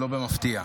לא במפתיע.